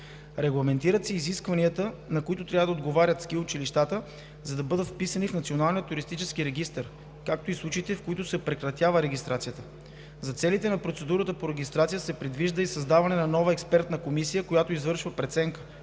Регламентират се изискванията, на които трябва да отговарят ски училищата, за да бъдат вписани в Националния туристически регистър, както и случаите, в които се прекратява регистрацията. За целите на процедурата по регистрация се предвижда създаването на нова експертна комисия, която извършва преценка